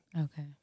Okay